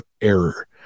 error